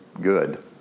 good